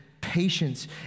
patience